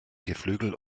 geflügel